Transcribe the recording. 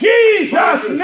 Jesus